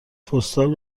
پستال